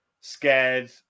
scared